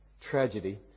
tragedy